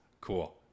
Cool